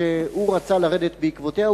וכשהוא רצה לרדת בעקבותיה,